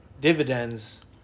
dividends